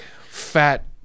fat